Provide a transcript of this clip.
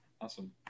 Awesome